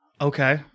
Okay